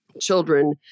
children